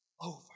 over